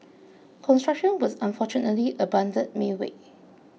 construction was unfortunately abandoned midway